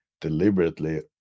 deliberately